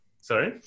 Sorry